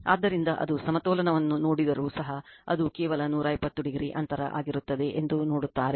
ಆದ್ದರಿಂದ ಅದು ಸಮತೋಲನವನ್ನು ನೋಡಿದರೂ ಸಹ ಅದು ಕೇವಲ 120o ಅಂತರ ಆಗಿರುತ್ತದೆ ಎಂದು ನೋಡುತ್ತಾರೆ